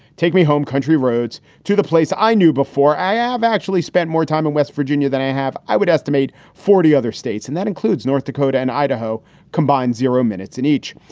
take me home. country roads to the place i knew before. i i have actually spent more time in west virginia than i have. i would estimate forty other states, and that includes north dakota and idaho combined zero minutes in each.